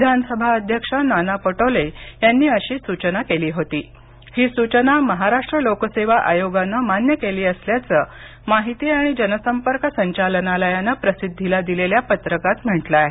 विधानसभा अध्यक्ष नाना पटोले यांनी अशी सूचना केली होती ही सूचना महाराष्ट्र लोकसेवा आयोगाने मान्य केली असल्याचं माहिती आणि जनसंपर्क संचालनालयानं प्रसिद्धीला दिलेल्या पत्रकात म्हटलं आहे